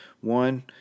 One